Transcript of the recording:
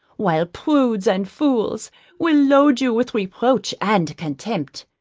while prudes and fools will load you with reproach and contempt.